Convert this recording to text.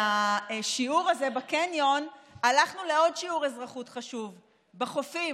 מהשיעור הזה בקניון הלכנו לעוד שיעור אזרחות חשוב בחופים,